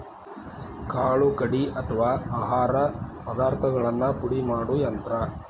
ಕಾಳು ಕಡಿ ಅಥವಾ ಆಹಾರ ಪದಾರ್ಥಗಳನ್ನ ಪುಡಿ ಮಾಡು ಯಂತ್ರ